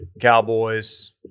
Cowboys